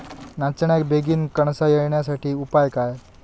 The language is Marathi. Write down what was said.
नाचण्याक बेगीन कणसा येण्यासाठी उपाय काय?